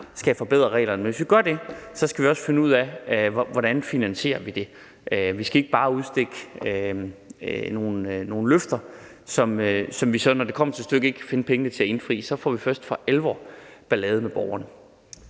skal forbedre reglerne. Men hvis vi gør det, skal vi også finde ud af, hvordan vi finansierer det. Vi skal ikke bare udstikke nogle løfter, som vi så, når det kommer til stykket, ikke kan finde pengene til at indfri. Så får vi først for alvor ballade med borgerne.